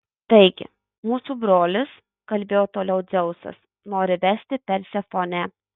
taigi mūsų brolis kalbėjo toliau dzeusas nori vesti persefonę